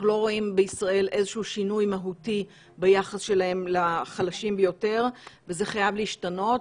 לא רואים בישראל איזה שהוא שינוי ביחס לחלשים ביותר וזה חייב להשתנות,